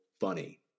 funny